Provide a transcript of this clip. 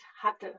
hatte